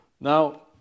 Now